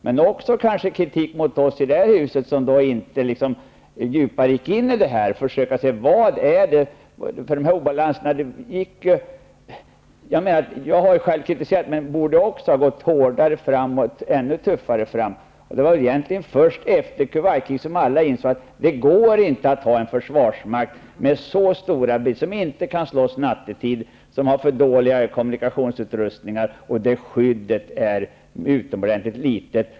Men det är också en kritik mot oss i det här huset som inte har försökt att sätta sig djupare in i detta. Jag har själv framfört kritik, men jag borde också ha gått ännu tuffare fram. Det var egentligen först efter Kuwaitkrisen som alla insåg att det inte går att ha en försvarsmakt med så stora brister, som inte kan slåss nattetid, har för dålig kommunikationsutrustning och där skyddet är utomordentligt litet.